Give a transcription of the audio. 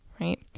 right